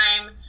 time